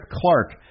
Clark